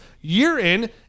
year-in